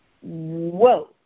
Whoa